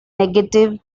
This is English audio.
negative